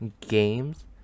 games